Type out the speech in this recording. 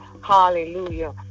Hallelujah